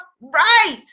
right